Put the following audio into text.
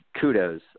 kudos